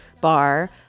bar